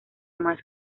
más